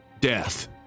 death